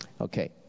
Okay